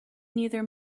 neither